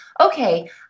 okay